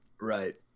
right